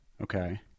Okay